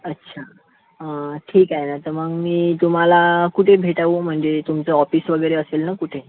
अच्छा ठीक आहे ना तर मग मी तुम्हाला कुठे भेटावं म्हजे तुमचे ऑफिस वगैरे असेल ना कुठे